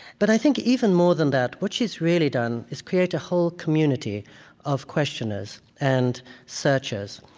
but i think even more than that, what she's really done is create a whole community of questioners and searchers.